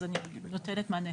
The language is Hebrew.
אני נותנת מענה.